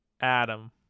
Adam